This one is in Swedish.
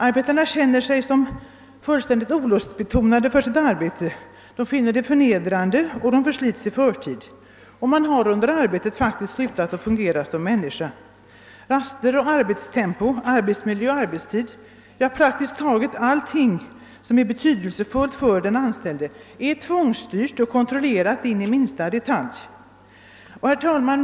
Arbetet är fullständigt olustbetonat, arbetarna finner det förnedrande och de förslits i förtid. Man har under arbetet faktiskt slutat att fungera som människa. Raster och arbetstempo, arbetsmiljö och arbetstid, ja, praktiskt taget allting som är betydelsefullt för den anställde är tvångsstyrt och kontrollerat in i minsta detalj. Herr talman!